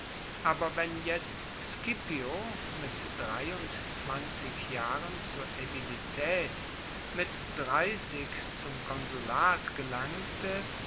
aber wenn jetzt scipio mit dreiundzwanzig jahren zur aedilitaet mit dreissig zum konsulat gelangte